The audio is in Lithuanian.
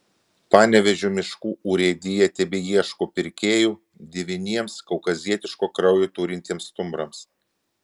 panevėžio miškų urėdija tebeieško pirkėjų devyniems kaukazietiško kraujo turintiems stumbrams